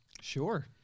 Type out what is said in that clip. sure